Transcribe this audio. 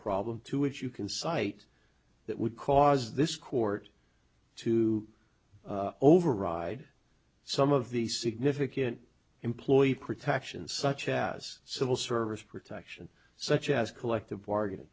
problem to which you can cite that would cause this court to override some of the significant employee protections such as civil service protection such as collective bargaining